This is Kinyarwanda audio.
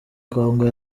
congo